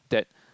that